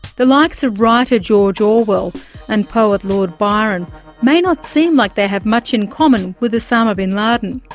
the likes of writer george orwell and poet lord byron may not seem like they have much in common with osama bin laden.